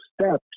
steps